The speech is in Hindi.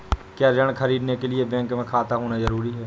क्या ऋण ख़रीदने के लिए बैंक में खाता होना जरूरी है?